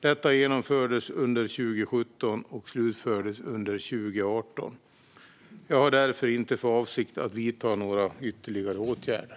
Detta genomfördes under 2017 och slutfördes under 2018. Jag har därför inte för avsikt att vidta några ytterligare åtgärder.